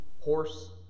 horse